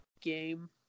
game